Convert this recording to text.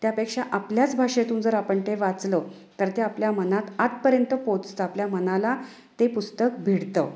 त्यापेक्षा आपल्याच भाषेतून जर आपण ते वाचलं तर ते आपल्या मनात आतपर्यंत पोचतं आपल्या मनाला ते पुस्तक भिडतं